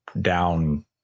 down